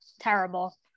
terrible